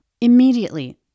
Immediately